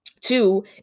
Two